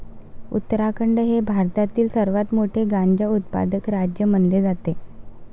उत्तराखंड हे भारतातील सर्वात मोठे गांजा उत्पादक राज्य मानले जाते